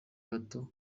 bato